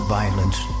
violence